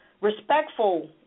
respectful